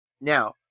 Now